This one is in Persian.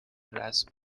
رسم